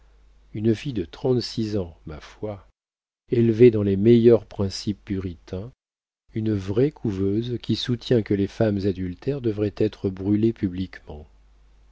une fille de trente-six ans ma foi élevée dans les meilleurs principes puritains une vraie couveuse qui soutient que les femmes adultères devraient être brûlées publiquement